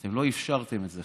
אתם לא אפשרתם את זה.